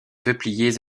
peupliers